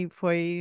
foi